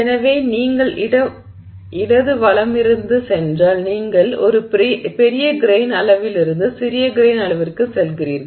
எனவே நீங்கள் இடது வலமிருந்து சென்றால் நீங்கள் ஒரு பெரிய கிரெய்ன் அளவிலிருந்து சிறிய கிரெய்ன் அளவிற்குச் செல்கிறீர்கள்